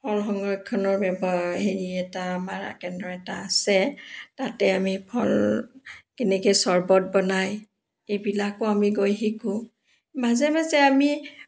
ফল সংৰক্ষণৰ এবাৰ হেৰি এটা আমাৰ কেন্দ্ৰ এটা আছে তাতে আমি ফল কেনেকৈ চৰবত বনায় এইবিলাকো আমি গৈ শিকোঁ মাজে মাজে আমি